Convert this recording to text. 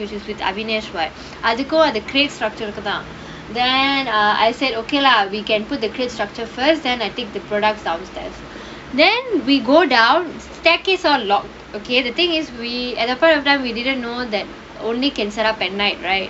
which is with ahvenesh [what] அதுக்கும் அது கீழ்:athukkum athu keel structure ருக்கு தான்:rukku thaan then err I said okay lah we can put the crate structure first then I take the product down stairs then we go down staircase okay the thing is we at the point of time we didn't know that only can set up at night right